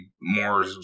more